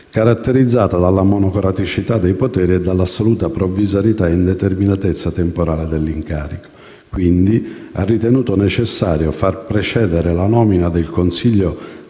caratterizzata dalla monocraticità dei poteri e dall'assoluta provvisorietà e indeterminatezza temporale dell'incarico. Quindi, ha ritenuto necessario far precedere la nomina del consiglio